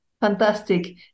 fantastic